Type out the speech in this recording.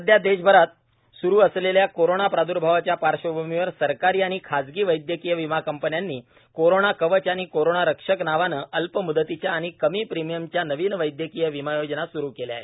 सध्या देशभर सुरु असलेल्या कोरोना प्रादर्भावाच्या पार्श्वभूमीवर सुरकारी आणि खासगी वैदयकीय विमा कंपन्यांनी कोरोना कवच आणि कोरोना रक्षक नावाने अल्प मृदतीच्या आणि कमी प्रिमिअमच्या नवीन वैदयकीय विमा योजना सुरु केल्या आहेत